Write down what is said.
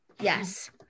yes